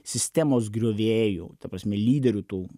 sistemos griovėjų ta prasme lyderių tų